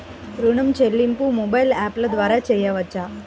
ఋణం చెల్లింపు మొబైల్ యాప్ల ద్వార చేయవచ్చా?